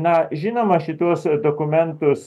na žinoma šituos dokumentus